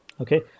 Okay